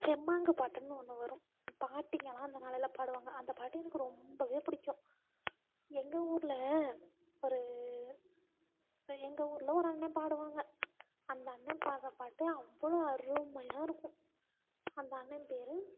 தெம்மாங்கு பாட்டுன்னு ஒன்று வரும் பாட்டிங்களாம் அந்த நாளையில் பாடுவாங்க அந்த பாட்டு எனக்கு ரொம்ப பிடிக்கும் எங்கள் ஊரில் ஒரு எங்கள் ஊரில் ஒரு அண்ணன் பாடுவாங்க அந்த அண்ணன் பாடுற பாட்டு அவ்வளோ அருமையாக இருக்கும் அந்த அண்ணன் பெயரு